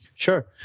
Sure